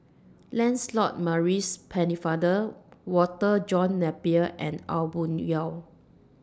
Lancelot Maurice Pennefather Walter John Napier and Aw Boon Haw